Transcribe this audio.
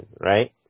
right